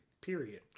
Period